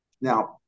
Now